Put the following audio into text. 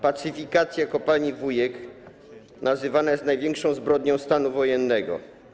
Pacyfikacja kopalni Wujek nazywana jest największą zbrodnią stanu wojennego.